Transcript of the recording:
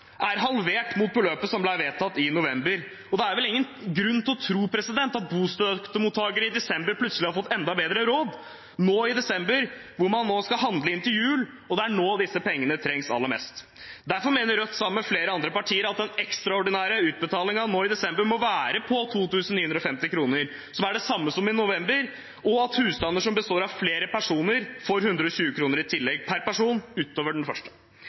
november. Og det er vel ingen grunn til å tro at bostøttemottakere plutselig har fått enda bedre råd nå i desember hvor man skal handle inn til jul. Det er nå disse pengene trengs aller mest. Derfor mener Rødt, sammen med flere andre partier, at den ekstraordinære utbetalingen nå i desember må være på 2 950 kr, som er lik den i november, og at husstander som består av flere personer, får 120 kr i tillegg per person utover den første.